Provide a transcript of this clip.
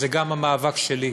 זה גם המאבק שלי.